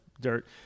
dirt